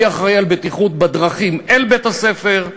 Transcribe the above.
מי אחראי לבטיחות בדרכים אל בית-הספר,